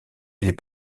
les